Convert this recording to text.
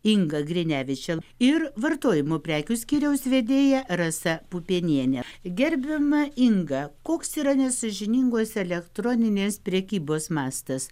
inga grinevičė ir vartojimo prekių skyriaus vedėja rasa pupienienė gerbiama inga koks yra nesąžiningos elektroninės prekybos mastas